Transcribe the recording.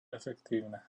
efektívne